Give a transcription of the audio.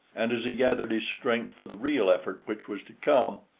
and as he gathered his strength for the real effort which was to come,